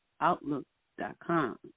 Outlook.com